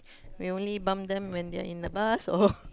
we only bump them when they are in the bus or